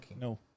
no